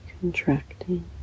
contracting